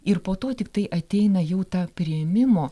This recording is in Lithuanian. ir po to tiktai ateina jau ta priėmimo